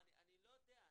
אני לא יודע.